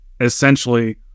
essentially